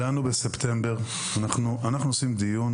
אנחנו עושים דיון